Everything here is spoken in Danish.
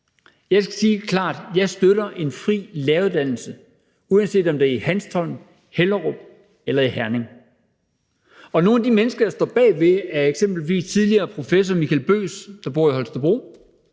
Jeg vil sige klart, at jeg støtter en fri læreruddannelse, uanset om det er i Hanstholm, Hellerup eller i Herning. Og nogle af de mennesker, der står bag, er f.eks. tidligere professor Michael Bøs, der bor i Holstebro,